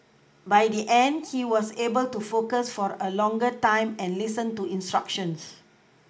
by the end he was able to focus for a longer time and listen to instructions